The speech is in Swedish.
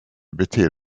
beter